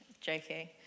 joking